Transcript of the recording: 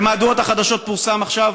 במהדורות החדשות פורסם עכשיו,